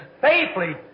faithfully